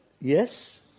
Yes